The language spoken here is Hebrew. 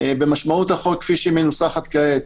במשמעות החוק כפי שהוא מנוסח כעת.